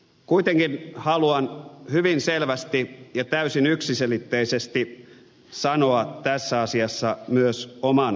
kuitenkin haluan hyvin selvästi ja täysin yksiselitteisesti sanoa tässä asiassa myös oman kantani